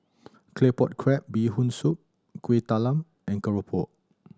Claypot Crab Bee Hoon Soup Kueh Talam and keropok